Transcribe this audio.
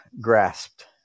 grasped